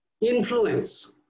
influence